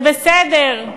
זה בסדר,